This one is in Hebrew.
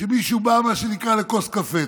כשמישהו בא, מה שנקרא, לכוס קפה.